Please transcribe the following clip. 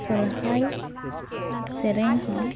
ᱥᱚᱦᱚᱨᱟᱭ ᱥᱮᱨᱮᱧ ᱦᱚᱸ